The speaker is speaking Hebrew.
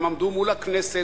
והם עמדו מול הכנסת,